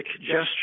gesture